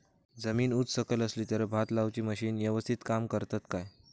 जमीन उच सकल असली तर भात लाऊची मशीना यवस्तीत काम करतत काय?